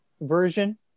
version